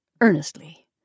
earnestly